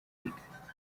yiga